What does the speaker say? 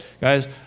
Guys